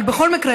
אבל בכל מקרה,